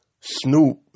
Snoop